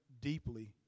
deeply